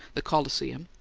the colosseum,